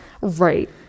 Right